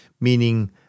meaning